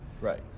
Right